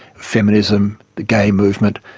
feminism, the gay movement,